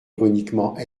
ironiquement